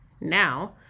Now